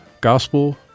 gospel